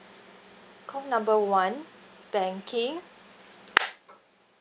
call number one banking